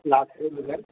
ॿुधाइ